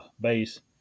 base